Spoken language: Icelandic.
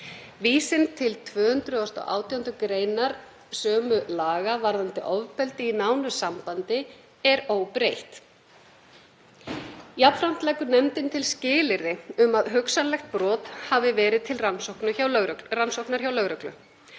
Vísun til 218. gr. sömu laga varðandi ofbeldi í nánu sambandi er óbreytt. Jafnframt leggur nefndin til skilyrði um að hugsanlegt brot hafi verið til rannsóknar hjá lögreglu.